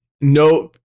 no